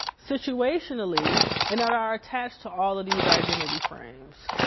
situationally and are attached to all of these identity frames.